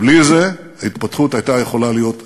בלי זה, ההתפתחות הייתה יכולה להיות אחרת.